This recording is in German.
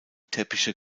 teppiche